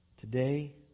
today